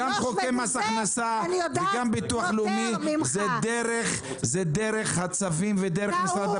גם מס הכנסה וגם הביטוח הלאומי זה דרך הצווים ודרך משרד